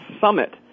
Summit